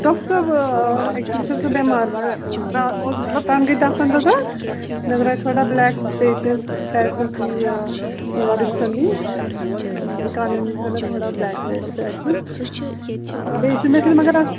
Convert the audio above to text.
doctor صٲب آ actually چھَس بہٕ بٮ۪مار مےٚ را او مطلب تنہٕ گٔے دَہ پنٛداہ دۄہ مےٚ درٛاے تھوڑا بُلیک پیچِز پیچِز بیٚیہِ یہِ رِبسن نِش کانٮ۪ن نِش درٛاے مےٚ تھوڑا بُلیک پے پیچِز آ بیٚیہِ چھُ مےٚ تیٚلہِ مگر اَتھ